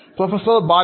professor Bala